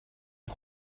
een